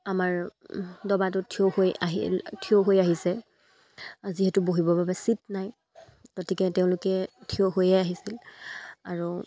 আমাৰ দবাটো থিয় হৈ আহি থিয় হৈ আহিছে যিহেতু বহিবৰ বাবে চিট নাই গতিকে তেওঁলোকে থিয় হৈয়ে আহিছিল আৰু